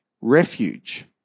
refuge